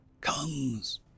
comes